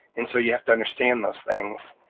and so you have to understand those things.